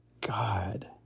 God